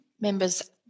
members